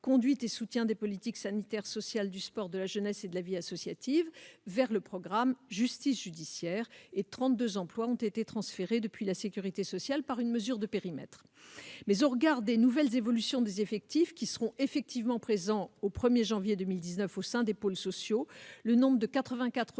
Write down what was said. Conduite et soutien des politiques sanitaires, sociales, du sport, de la jeunesse et de la vie associative » vers le programme « Justice judiciaire » et 32 emplois sont transférés depuis la sécurité sociale par une mesure de périmètre. Toutefois, au regard des nouvelles évolutions des effectifs qui seront effectivement présents au 1 janvier 2019 au sein des pôles sociaux, le nombre de 84